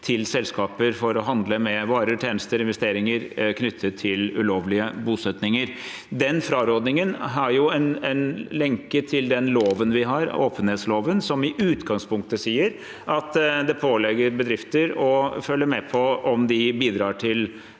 selskaper å handle med varer og tjenester og investeringer knyttet til ulovlige bosettinger. Den frarådingen har en lenke til åpenhetsloven vår, som i utgangspunktet sier at det påligger bedrifter å følge med på om de bidrar til